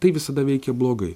tai visada veikė blogai